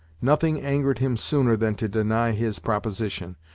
nothing angered him sooner than to deny his proposition,